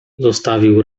zostawił